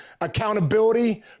accountability